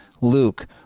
Luke